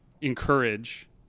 encourage